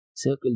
circle